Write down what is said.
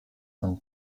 von